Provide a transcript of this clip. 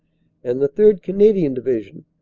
and the third. cana dian division,